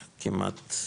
כמעט,